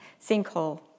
sinkhole